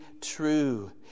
true